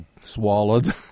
swallowed